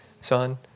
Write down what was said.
son